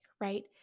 right